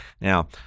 now